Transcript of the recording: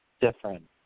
different